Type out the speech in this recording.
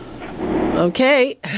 Okay